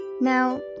Now